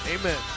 amen